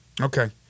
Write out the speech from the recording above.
Okay